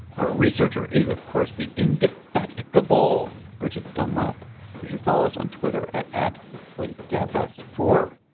our researcher is of course the indefatigable richard dunlap who should follow us on twitter at at slate gabfest for